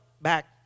back